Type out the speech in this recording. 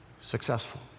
successful